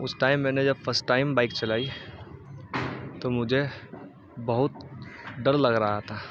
اس time میں نے جب فسٹ ٹائم بائک چلائی تو مجھے بہت ڈر لگ رہا تھا